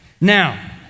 Now